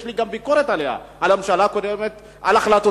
יש לי גם ביקורת על הממשלה הקודמת ועל החלטותיה,